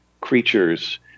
creatures